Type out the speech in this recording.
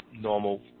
normal